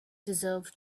deserve